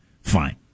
fine